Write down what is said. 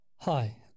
Hi